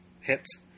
hits